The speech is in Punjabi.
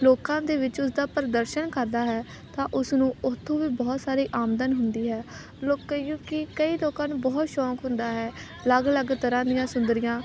ਲੋਕਾਂ ਦੇ ਵਿੱਚ ਉਸਦਾ ਪ੍ਰਦਰਸ਼ਨ ਕਰਦਾ ਹੈ ਤਾਂ ਉਸਨੂੰ ਉੱਥੋਂ ਵੀ ਬਹੁਤ ਸਾਰੀ ਆਮਦਨ ਹੁੰਦੀ ਹੈ ਲੋਕ ਕ ਯੂ ਕਿ ਕਈ ਲੋਕਾਂ ਨੂੰ ਬਹੁਤ ਸ਼ੌਂਕ ਹੁੰਦਾ ਹੈ ਅਲੱਗ ਅਲੱਗ ਤਰ੍ਹਾਂ ਦੀਆਂ ਸੁੰਦਰੀਆਂ